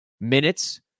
minutes